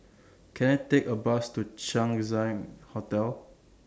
Can I Take A Bus to Chang Ziang Hotel